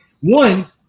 one